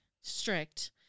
strict